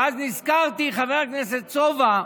ואז נזכרתי, חבר הכנסת סובה,